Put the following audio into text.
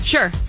Sure